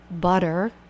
butter